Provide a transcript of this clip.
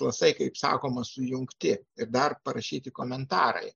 atlasai kaip sakoma sujungti ir dar parašyti komentarai